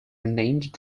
renamed